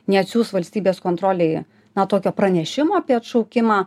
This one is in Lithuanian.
neatsiųs valstybės kontrolei na tokio pranešimo apie atšaukimą